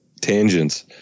tangents